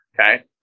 okay